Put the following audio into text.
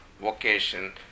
vocation